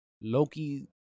Loki